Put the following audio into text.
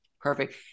Perfect